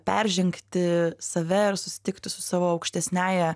peržengti save ir susitikti su savo aukštesniąja